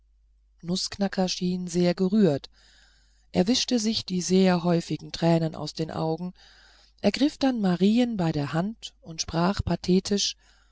nußknacker schien sehr gerührt er wischte sich die sehr häufigen tränen aus den augen ergriff dann marien bei der hand und sprach pathetisch